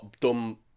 dumb